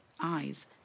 eyes